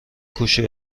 کوشی